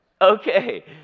Okay